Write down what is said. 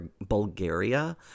Bulgaria